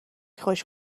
خوش